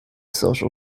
social